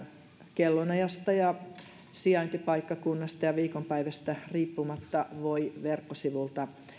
kellonajasta ja sijaintipaikkakunnasta ja viikonpäivästä riippumatta voi verkkosivuilta